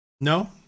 No